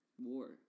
War